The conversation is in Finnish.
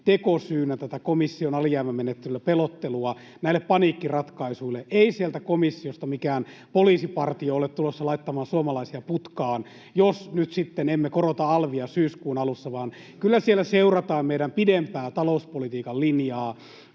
määrin tätä komission alijäämämenettelyllä pelottelua tekosyynä näille paniikkiratkaisuille. Ei sieltä komissiosta mikään poliisipartio ole tulossa laittamaan suomalaisia putkaan, jos nyt sitten emme korota alvia syyskuun alussa, vaan kyllä siellä seurataan meidän pidempää talouspolitiikan linjaa.